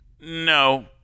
no